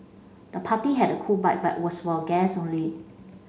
the party had a cool vibe but was for guests only